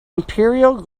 imperial